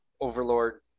Overlord